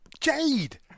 Jade